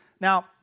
Now